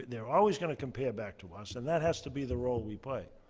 they're always going to compare back to us, and that has to be the role we play.